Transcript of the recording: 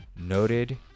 noted